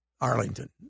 Arlington